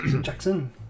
Jackson